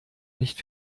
nicht